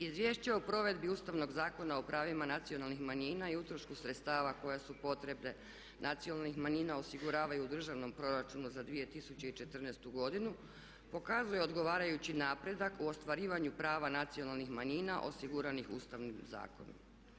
Izvješće o provedbi Ustavnog zakona o pravima nacionalnih manjina i utrošku sredstava koje su potrebe nacionalnih manjina osiguravaju u državnom proračunu za 2014. godinu pokazuje odgovarajući napredak u ostvarivanju prava nacionalnih manjina osiguranih Ustavnim zakonom.